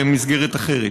במסגרת אחרת.